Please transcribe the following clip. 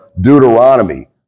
Deuteronomy